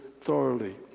thoroughly